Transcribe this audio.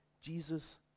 Jesus